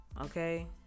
Okay